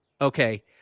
okay